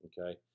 Okay